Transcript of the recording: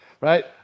Right